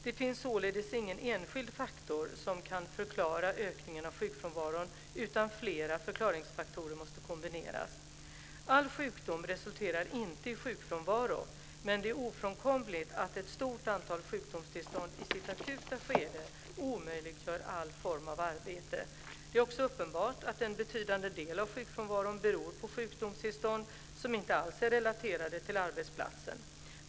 Det finns således ingen enskild faktor som kan förklara ökningen av sjukfrånvaron utan flera förklaringsfaktorer måste kombineras. All sjukdom resulterar inte i sjukfrånvaro, men det är ofrånkomligt att ett stort antal sjukdomstillstånd i sitt akuta skede omöjliggör all form av arbete. Det är också uppenbart att en betydande del av sjukfrånvaron beror på sjukdomstillstånd som inte alls är relaterade till arbetsplatsen.